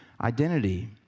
identity